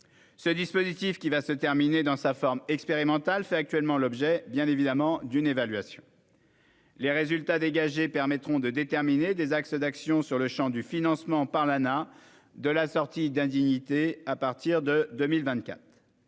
Ce dispositif, qui va se terminer dans sa forme expérimentale, fait actuellement l'objet d'une évaluation. Les résultats dégagés permettront de déterminer des axes d'action sur le champ du financement par l'Anah de la sortie d'indignité à partir de 2024.